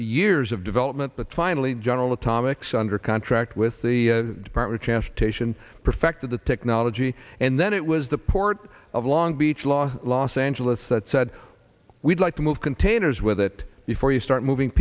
years of development but finally general atomics under contract with the department chance to sion perfected the technology and then it was the port of long beach law los angeles that said we'd like to move containers with it before you start moving